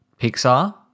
Pixar